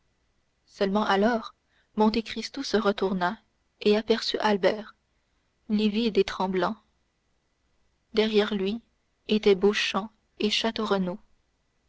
seulement alors monte cristo se retourna et aperçut albert livide et tremblant derrière lui étaient beauchamp et château renaud